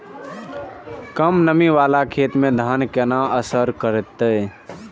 कम नमी वाला खेत में धान केना असर करते?